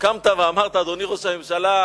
קמת ואמרת, אדוני ראש הממשלה: